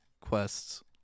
quests